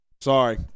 Sorry